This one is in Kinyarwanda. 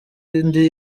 indi